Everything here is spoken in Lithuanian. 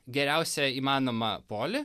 geriausią įmanomą polį